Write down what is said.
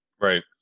right